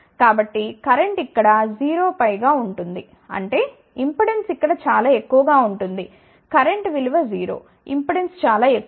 కాబట్టి కరెంట్ ఇక్కడ 0 పైగా ఉంటుంది అంటే ఇంపెడెన్స్ ఇక్కడ చాలా ఎక్కువగా ఉంటుంది కరెంటు విలువ 0ఇంపెడెన్స్ చాలా ఎక్కువ